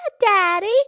Daddy